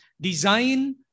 design